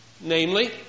Namely